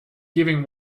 giving